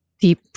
deep